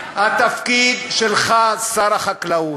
התפקיד שלך, שר החקלאות,